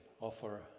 offer